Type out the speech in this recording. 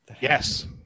Yes